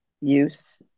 use